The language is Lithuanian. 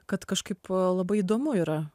kad kažkaip labai įdomu yra